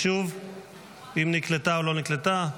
אם נקלטה או לא נקלטה.